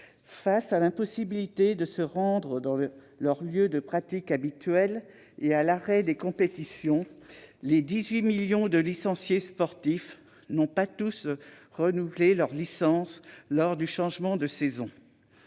Face à l'impossibilité de se rendre dans leurs lieux de pratique habituels et face à l'arrêt des compétitions, les 18 millions de licenciés sportifs n'ont pas tous renouvelé leur licence lors du changement de saison.